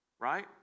right